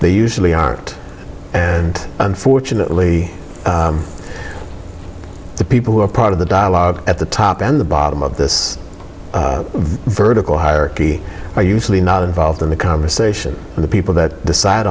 y usually aren't and unfortunately the people who are part of the dialogue at the top and the bottom of this vertical hierarchy are usually not involved in the conversation and the people that decide